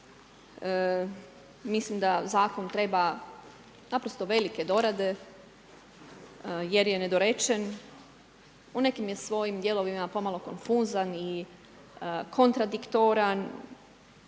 mislim da zakon treba naprosto velike dorade jer je nedorečen, u nekim je svojim dijelovima pomalo konfuzan i kontradiktoran,